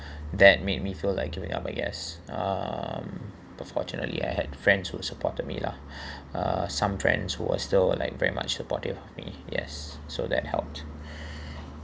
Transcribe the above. that made me feel like giving up I guess um but fortunately I had friends who supported me lah uh some friends who are still like very much supportive of me yes so that helped